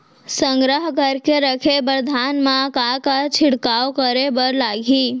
संग्रह करके रखे बर धान मा का का छिड़काव करे बर लागही?